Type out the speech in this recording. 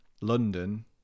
London